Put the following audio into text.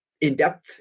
in-depth